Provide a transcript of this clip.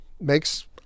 makes